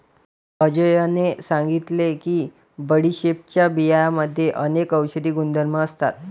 अजयने सांगितले की बडीशेपच्या बियांमध्ये अनेक औषधी गुणधर्म असतात